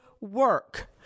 work